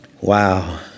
Wow